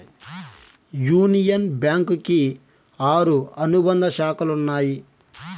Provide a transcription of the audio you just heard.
union Bank కి ఆరు అనుబంధ శాఖలు ఉన్నాయి